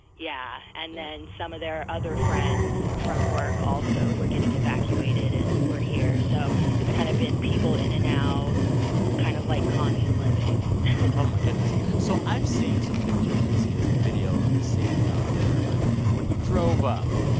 yeah. and then some of their other friends from work also were getting evacuated and were here. so it's kind of been people in and out kind of like commune living oh, my goodness. so i've seen some pictures and seen some video of the scenes out there. but when you drove up,